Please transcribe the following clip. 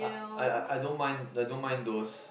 I I I don't mind I don't mind those